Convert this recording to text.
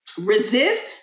resist